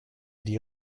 die